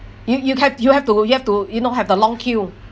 you you have you have to you have to you know have the long queue